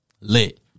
lit